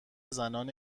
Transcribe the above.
زنان